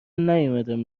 نیومدم